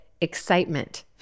excitement